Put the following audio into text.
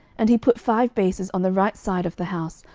and he put five bases on the right side of the house,